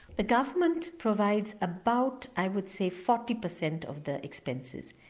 the government provides about i would say forty percent of the expenses,